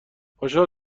خوشحال